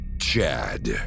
Chad